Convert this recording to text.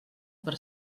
per